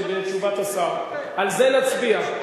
בתשובת השר, על זה נצביע.